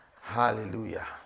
Hallelujah